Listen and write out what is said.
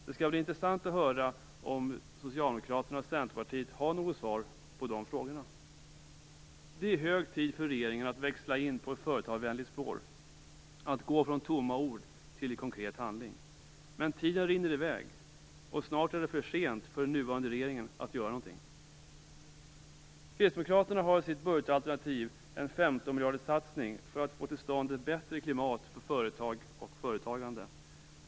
Det skall bli intressant att höra om Socialdemokraterna och Centerpartiet har något svar på de frågorna. Det är hög tid för regeringen att växla in på ett företagarvänligt spår, att gå från tomma ord till konkret handling. Men tiden rinner i väg. Snart är det för sent för den nuvarande regeringen att göra något. Kristdemokraterna har i sitt budgetalternativ en 15-miljarderssatsning för att få till stånd ett bättre klimat för företag och företagande.